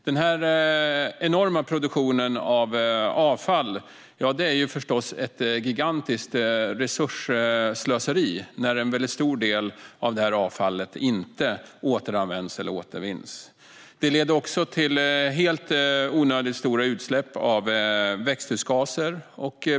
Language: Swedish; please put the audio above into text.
Den enorma produktionen av avfall är förstås ett gigantiskt resursslöseri när en stor del av avfallet inte återanvänds eller återvinns. Den leder också till helt onödigt stora utsläpp av växthusgaser.